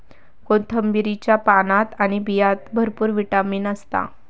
कोथिंबीरीच्या पानात आणि बियांत भरपूर विटामीन असता